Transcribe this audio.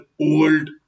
old